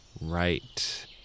Right